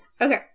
Okay